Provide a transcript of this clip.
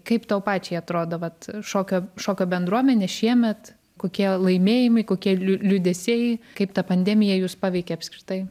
kaip tau pačiai atrodo vat šokio šokio bendruomenė šiemet kokie laimėjimai kokie liū liūdesiai kaip ta pandemija jus paveikė apskritai